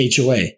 HOA